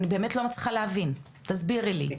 אני באמת לא מצליחה להבין, תסבירי לי.